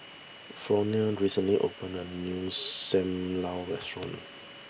Fronie recently opened a new Sam Lau restaurant